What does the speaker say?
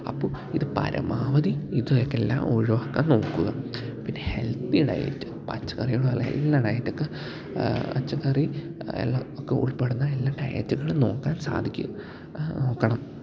അപ്പോൾ ഇത് പരമാവധി ഇതും ഒക്കെ എല്ലാം ഒഴിവാക്കാന് നോക്കുക പിന്നെ ഹെൽത്തി ഡയറ്റ് പച്ചക്കറികളും ഉള്ള എല്ലാ ഡയറ്റൊക്കെ പച്ചക്കറി എല്ലാം ഒക്കെ ഉൾപ്പെടുന്ന എല്ലാ ഡയറ്റുകളും നോക്കാൻ സാധിക്കണം നോക്കണം